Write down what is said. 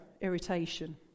irritation